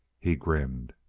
he grinned.